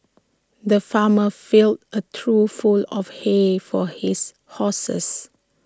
the farmer filled A trough full of hay for his horses